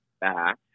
back